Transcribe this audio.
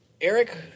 Eric